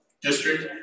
District